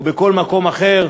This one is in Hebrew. ובכל מקום אחר,